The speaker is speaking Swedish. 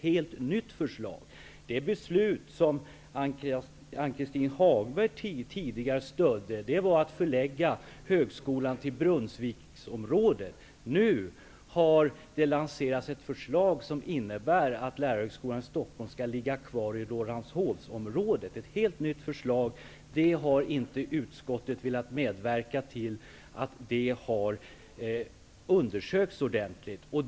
Det beslut som Ann-Cathrine Haglund tidigare stödde var att förlägga Lärarhögskolan till Brunnsviksområdet. Nu har det lanserats ett förslag som innebär att Lärarhögskolan i Stockholm skall ligga kvar i Rålambshovsområdet. Det är ett helt nytt förslag, och utskottet har inte velat medverka till att det undersöks ordentligt.